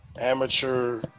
amateur